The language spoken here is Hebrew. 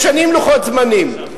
משנים לוחות זמנים.